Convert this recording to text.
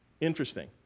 Interesting